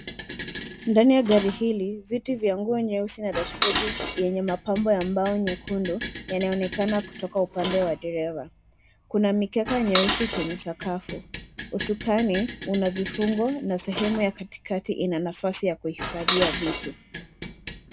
Ndani ya gari hili viti vya nguo nyeusi na dashibodi enye mapambo ya mbao nyekundu inaonekana kutoka upande wa dereva. Kuna mikeka nyeusi kwenye sakafu, usukani unavivungo na sehemu ya katika ina nafasi ya kuhifadia vitu.